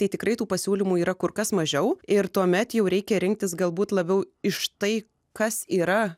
tai tikrai tų pasiūlymų yra kur kas mažiau ir tuomet jau reikia rinktis galbūt labiau iš tai kas yra